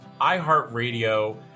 iHeartRadio